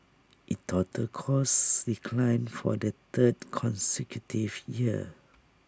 IT total costs declined for the third consecutive year